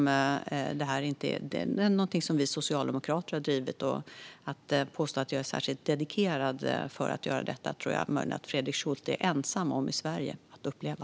Vi socialdemokrater har drivit denna fråga. Jag tror att Fredrik Schulte är ensam i Sverige om att uppfatta att jag skulle vara särskilt dedikerad att göra detta.